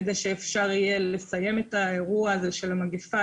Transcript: כדי שאפשר יהיה לסיים את האירוע הזה של המגפה,